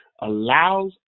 allows